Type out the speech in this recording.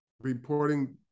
reporting